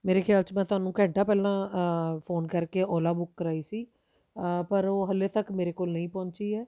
ਮੇਰੇ ਖਿਆਲ 'ਚ ਮੈਂ ਤੁਹਾਨੂੰ ਘੰਟਾ ਪਹਿਲਾਂ ਫੋਨ ਕਰਕੇ ਓਲਾ ਬੁੱਕ ਕਰਵਾਈ ਸੀ ਪਰ ਉਹ ਹਾਲੇ ਤੱਕ ਮੇਰੇ ਕੋਲ ਨਹੀਂ ਪਹੁੰਚੀ ਹੈ